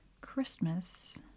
Christmas